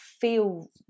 feel